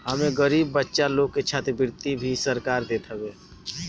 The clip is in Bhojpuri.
एमे गरीब बच्चा लोग के छात्रवृत्ति भी सरकार देत हवे